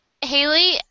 Haley